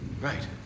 Right